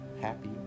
happy